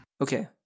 Okay